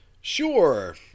Sure